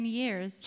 years